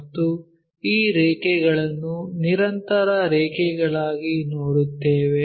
ಮತ್ತು ಈ ರೇಖೆಗಳನ್ನು ನಿರಂತರ ರೇಖೆಗಳಾಗಿ ನೋಡುತ್ತೇವೆ